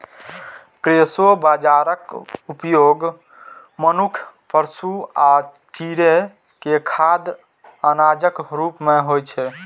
proso बाजाराक उपयोग मनुक्ख, पशु आ चिड़ै के खाद्य अनाजक रूप मे होइ छै